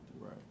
right